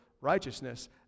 righteousness